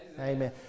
Amen